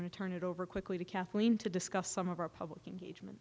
to turn it over quickly to kathleen to discuss some of our public engagement